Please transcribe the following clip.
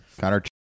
Connor